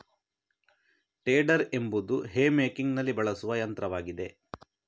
tedder ಎಂಬುದು hay ಮೇಕಿಂಗಿನಲ್ಲಿ ಬಳಸುವ ಯಂತ್ರವಾಗಿದೆ